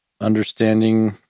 understanding